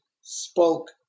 spoke